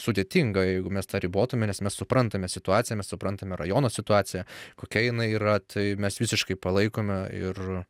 sudėtinga jeigu mes tą ribotume nes mes suprantame situaciją mes suprantame rajono situaciją kokia jinai yra tai mes visiškai palaikome ir